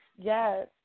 Yes